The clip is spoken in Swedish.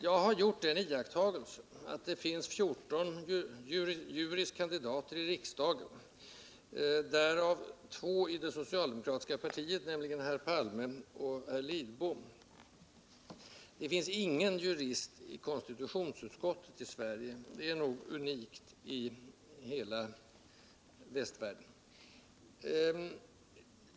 Jag har gjort den iakttagelsen att det finns 14 juris kandidater i riksdagen, därav 2 i det socialdemokratiska partiet, nämligen herr Palme och herr Lidbom. Det finns ingen jurist i konstitutionsutskottet i Sverige, och det är nog unikt i hela västvärlden.